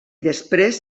després